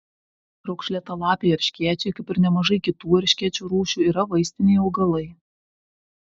raukšlėtalapiai erškėčiai kaip ir nemažai kitų erškėčių rūšių yra vaistiniai augalai